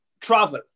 travel